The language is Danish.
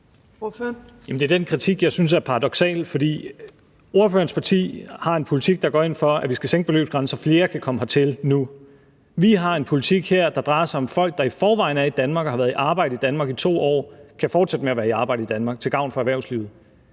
Det er den kritik, jeg synes er paradoksal, for ordførerens parti har en politik, der siger, at vi skal sænke beløbsgrænsen, så flere kan komme hertil nu. Vi har en politik her, der drejer sig om folk, der i forvejen er i Danmark og har været i arbejde i Danmark i 2 år og kan fortsætte med at være i arbejde i Danmark til gavn for erhvervslivet.